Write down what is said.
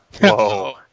Whoa